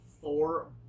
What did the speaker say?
four